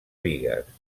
bigues